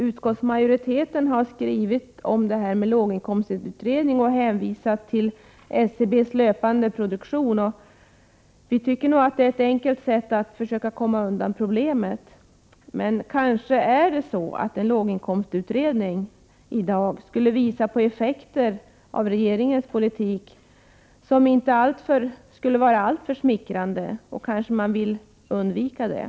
Utskottsmajoriteten har skrivit om låginkomstutredningen. Man hänvisar till SCB:s löpande produktion. Vi tycker att det är ett enkelt sätt att försöka 89 komma undan problemet. Men en låginkomstutredning i dag skulle kanske visa på effekter av regeringens politik som inte skulle vara alltför smickrande. Kanske man vill undvika detta.